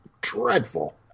dreadful